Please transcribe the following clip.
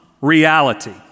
reality